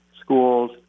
schools